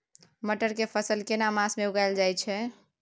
मटर के फसल केना मास में उगायल जायत छै?